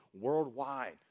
worldwide